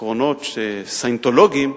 העקרונות הסיינטולוגיים,